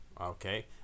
okay